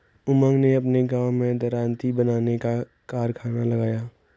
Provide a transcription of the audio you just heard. उमंग ने अपने गांव में दरांती बनाने का कारखाना लगाया